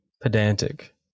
pedantic